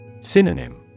Synonym